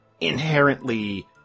inherently